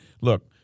Look